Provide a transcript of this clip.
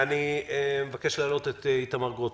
אני מבקש להעלות את איתמר גרוטו.